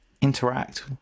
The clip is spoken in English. interact